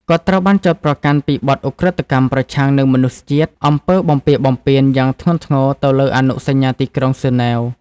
គាត់ ត្រូវបានចោទប្រកាន់ពីបទឧក្រិដ្ឋកម្មប្រឆាំងនឹងមនុស្សជាតិ អំពើបំពារបំពាន យ៉ាងធ្ងន់ធ្ងរទៅលើអនុសញ្ញាទីក្រុងហ្សឺណែវ។